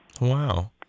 Wow